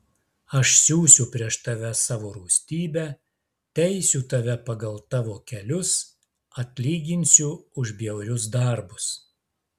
aš siųsiu prieš tave savo rūstybę teisiu tave pagal tavo kelius atlyginsiu už bjaurius darbus